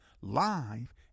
Live